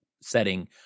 setting